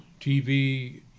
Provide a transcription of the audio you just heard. TV